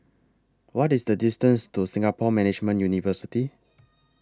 What IS The distance to Singapore Management University